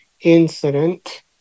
incident